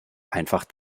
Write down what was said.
einfach